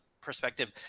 perspective